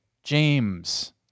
James